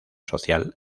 social